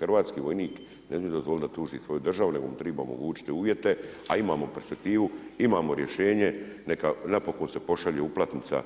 Hrvatski vojnik, ne smije se dozvoliti da tuži svoju državu nego treba mu omogućiti uvjete a imamo perspektivu, imamo rješenje, neka napokon se pošalje uplatnica